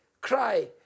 Cry